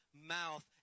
mouth